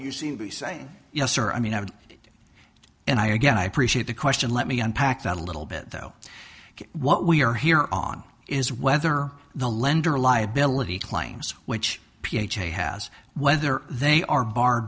you seem to be saying yes or i mean i would and i again i appreciate the question let me unpack that a little bit though what we are here on is whether the lender liability claims which p h a has whether they are bar